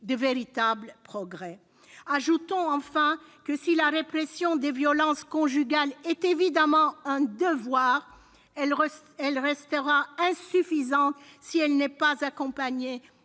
de véritables progrès. Ajoutons que, si la répression des violences conjugales est évidemment un devoir, elle restera insuffisante si elle n'est pas accompagnée